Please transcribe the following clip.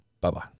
Bye-bye